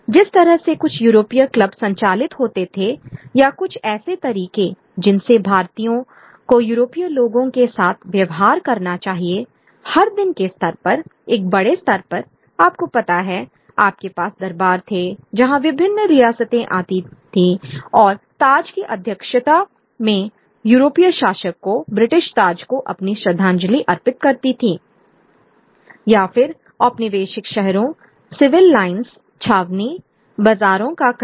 जिस तरह से कुछ यूरोपीय क्लब संचालित होते थे या कुछ ऐसे तरीके जिनसे भारतीयों को यूरोपीय लोगों के साथ व्यवहार करना चाहिए हर दिन के स्तर पर एक बड़े स्तर पर आपको पता है आपके पास दरबार थे जहां विभिन्न रियासतें आती थीं और ताज की अध्यक्षता में यूरोपीय शासक को ब्रिटिश ताज को अपनी श्रद्धांजलि अर्पित करती थीं I या फिरऔपनिवेशिक शहरों सिविल लाइन्स छावनी बाज़ारों का क्रम